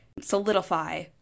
solidify